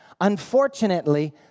Unfortunately